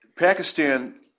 Pakistan